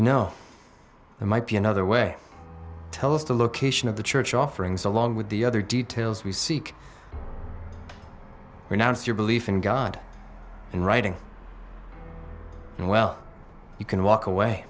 there might be another way tell us the location of the church offerings along with the other details we seek renounce your belief in god in writing and well you can walk away